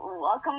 welcome